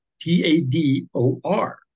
T-A-D-O-R